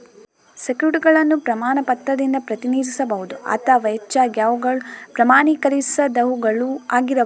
ಸೆಕ್ಯುರಿಟಿಗಳನ್ನು ಪ್ರಮಾಣ ಪತ್ರದಿಂದ ಪ್ರತಿನಿಧಿಸಬಹುದು ಅಥವಾ ಹೆಚ್ಚಾಗಿ ಅವುಗಳು ಪ್ರಮಾಣೀಕರಿಸದವುಗಳು ಆಗಿರಬಹುದು